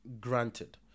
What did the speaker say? granted